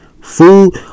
food